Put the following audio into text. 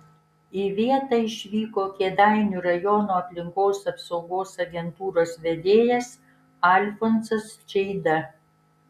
į vietą išvyko kėdainių rajono aplinkos apsaugos agentūros vedėjas alfonsas čeida